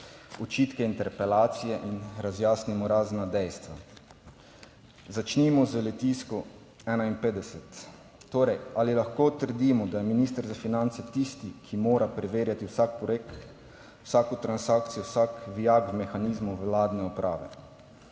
očitke interpelacije in razjasnimo razna dejstva. Začnimo z Litijsko 51. Torej, ali lahko trdimo, da je minister za finance tisti, ki mora preverjati vsak projekt, vsako transakcijo, vsak vijak mehanizmov vladne uprave?